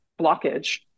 blockage